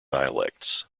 dialects